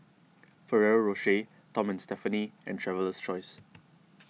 Ferrero Rocher Tom and Stephanie and Traveler's Choice